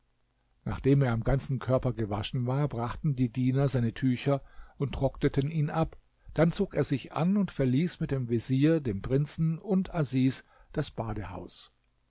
nachdem er am ganzen körper gewaschen war brachten die diener seine tücher und trockneten ihn ab dann zog er sich an und verließ mit dem vezier dem prinzen und asis das badehaus